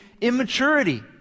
immaturity